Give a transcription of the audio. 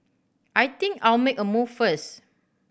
I think I'll make a move first